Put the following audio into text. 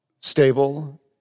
stable